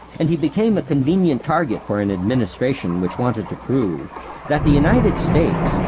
and he became a convenient target for an administration which wanted to prove that the united states,